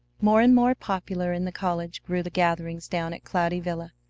more and more popular in the college grew the gatherings down at cloudy villa.